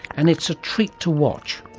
and it's a treat to watch.